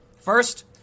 First